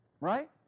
Right